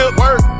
work